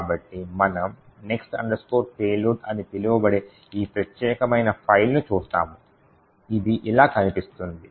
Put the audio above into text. కాబట్టి మనము next payload అని పిలువబడే ఈ ప్రత్యేకమైన ఫైల్ ను చూస్తాము ఇది ఇలా కనిపిస్తుంది